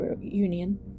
Union